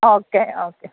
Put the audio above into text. okay okay